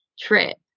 trip